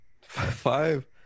Five